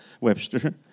Webster